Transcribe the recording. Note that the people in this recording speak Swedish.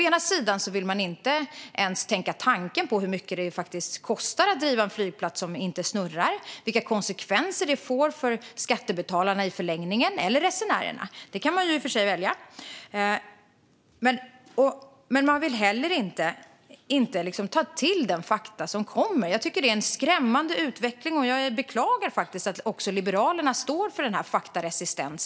Man vill inte ens tänka på hur mycket det faktiskt kostar att driva en flygplats som inte snurrar och på vilka konsekvenser det i förlängningen får för skattebetalarna eller resenärerna. Det kan man i och för sig välja. Men man vill heller inte ta till sig de fakta som kommer. Jag tycker att det är en skrämmande utveckling. Jag beklagar att också Liberalerna står för denna faktaresistens.